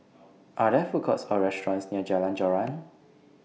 Are There Food Courts Or restaurants near Jalan Joran